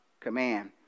command